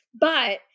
but-